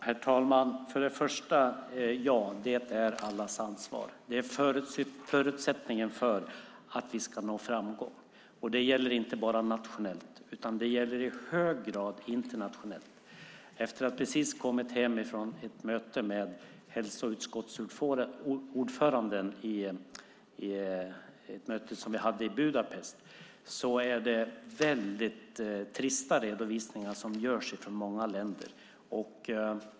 Herr talman! Jag vill börja med att säga att det är allas ansvar. Det är förutsättningen för att vi ska nå framgång. Det gäller inte bara nationellt, utan det gäller i hög grad internationellt. Jag har precis kommit hem från ett möte som vi hade i Budapest med hälsoutskottsordföranden. Det är mycket trista redovisningar som görs från många länder.